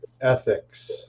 ethics